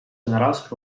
generals